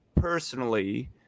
personally